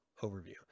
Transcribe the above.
overview